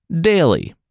Daily